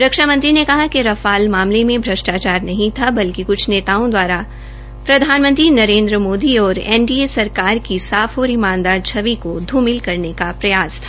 रक्षा मंत्री ने कहा कि रफाल मामले में भ्रष्टाचार नहीं था बल्कि क्छ नेताओं द्वारा प्रधानमंत्री नरेन्द्र मोदी और एनडीए सरकार की साफ और ईमानदार छवि को घूमिल करने का प्रयास था